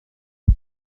him